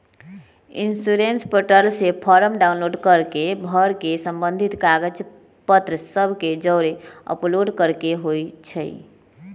insurance portal से form download कऽ के भर के संबंधित कागज पत्र सभ के जौरे अपलोड करेके होइ छइ